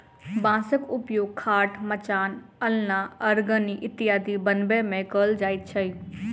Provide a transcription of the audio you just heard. बाँसक उपयोग खाट, मचान, अलना, अरगनी इत्यादि बनबै मे कयल जाइत छै